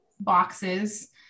boxes